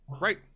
right